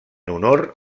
honor